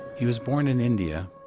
he was born in india,